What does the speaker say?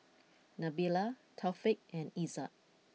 Nabila Taufik and Izzat